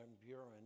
Buren